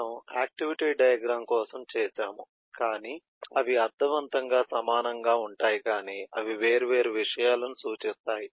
మనము activity diagram కోసం చేసాము కాని అవి అర్థవంతంగా సమానంగా ఉంటాయి కాని అవి వేర్వేరు విషయాలను సూచిస్తాయి